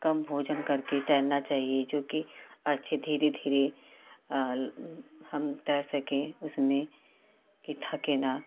कम भोजन करके तैरना चाहिए जोकि अच्छे धीरे धीरे हम तैर सकें उसमें कि थकें ना